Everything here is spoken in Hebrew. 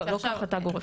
לא כהחלטה גורפת.